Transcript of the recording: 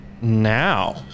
now